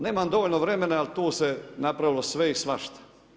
Nemam dovoljno vremena ali tu se napravilo sve i svašta.